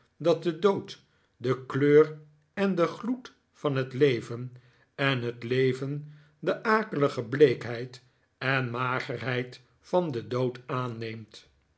dat de dood de kleur en den gloed van net leven en net leven de akelige bleekheid en magerheid van den dood aanneemtj